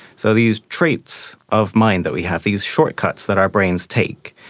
so these traits of mind that we have, these shortcuts that our brains take,